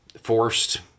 forced